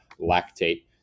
lactate